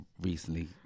recently